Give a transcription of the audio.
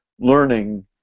learning